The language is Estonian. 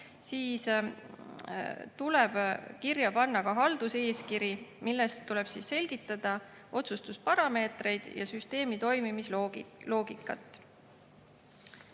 siis tuleb kirja panna ka halduseeskiri, milles tuleb selgitada otsustusparameetreid ja süsteemi toimimise loogikat.